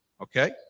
okay